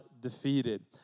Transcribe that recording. defeated